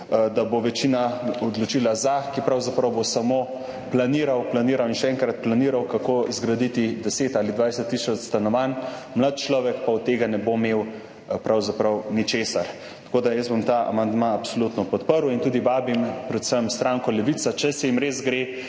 da bo večina odločila za, ki bo pravzaprav samo planiral, planiral in še enkrat planiral, kako zgraditi 10 ali 20 tisoč stanovanj, mlad človek pa od tega ne bo imel pravzaprav ničesar. Ta amandma bom absolutno podprl in tudi vabim predvsem stranko Levica, če jim res gre